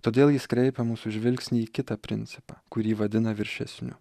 todėl jis kreipia mūsų žvilgsnį į kitą principą kurį vadina viršesniu